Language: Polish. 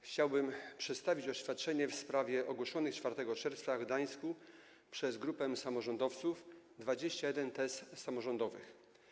Chciałbym przedstawić oświadczenie w sprawie ogłoszonych 4 czerwca w Gdańsku przez grupę samorządowców 21 tez samorządowych.